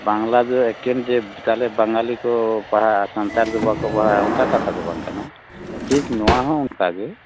ᱵᱟᱝᱞᱟ ᱫᱚ ᱮᱠᱷᱮᱱ ᱡᱮ ᱵᱟᱜᱟᱞᱤ ᱠᱚ ᱯᱟᱲᱦᱟᱜᱼᱟ ᱥᱟᱱᱛᱟᱲ ᱫᱚ ᱵᱟᱠᱚ ᱯᱟᱲᱦᱟᱜᱼᱟ ᱚᱱᱠᱟ ᱠᱟᱛᱷᱟ ᱫᱚ ᱵᱟᱝ ᱠᱟᱱᱟ ᱴᱷᱤᱠ ᱱᱚᱣᱟ ᱦᱚᱸ ᱚᱱᱠᱟ ᱜᱮ